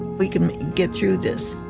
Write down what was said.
we can get through this